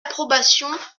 approbations